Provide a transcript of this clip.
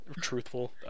truthful